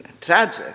tragic